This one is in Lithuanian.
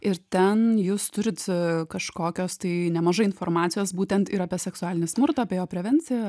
ir ten jūs turit kažkokios tai nemažai informacijos būtent ir apie seksualinį smurtą bei jo prevenciją